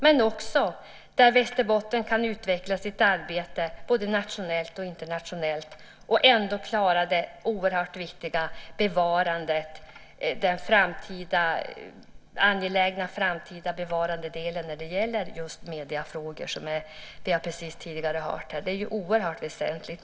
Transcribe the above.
Men Västerbotten kan också utveckla sitt arbete både nationellt och internationellt och ändå klara den oerhört viktiga och angelägna framtida bevarandedelen när det gäller just mediefrågor. Det är oerhört väsentligt, som vi tidigare har hört.